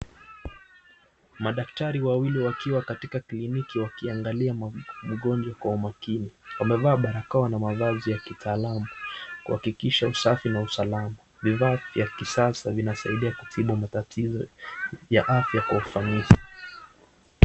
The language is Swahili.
Madaktari wawili wakiwa katika kliniki wakiangalia mgonjwa kwa makini wamevaa barakoa na mavazi ya kitaalamu kuhakikisha usafi na usalama inasaidia kutibu matatizo ya afya kwa.